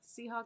Seahawks